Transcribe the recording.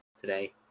today